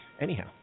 anyhow